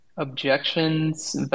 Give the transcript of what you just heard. objections